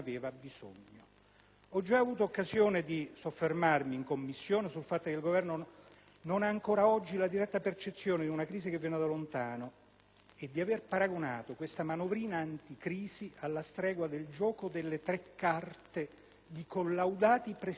Ho già avuto occasione di soffermarmi in Commissione sul fatto che il Governo non ha ancora oggi la diretta percezione di una crisi che viene da lontano; ha paragonato questa manovrina anticrisi alle stregua del gioco delle tre carte di collaudati prestigiatori,